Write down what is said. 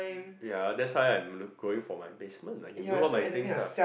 ya that's why I'm look going for my basement I can do all my thing lah